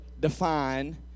define